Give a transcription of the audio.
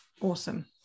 Awesome